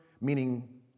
meaning